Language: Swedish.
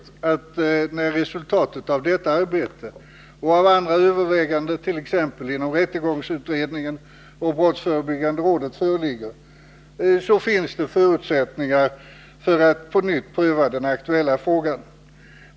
När resultatet av detta arbete och andra överväganden t.ex. inom rättegångsutredningen och brottsförebyggande rådet föreligger är det möjligt att det finns förutsättningar för att på nytt pröva den aktuella frågan.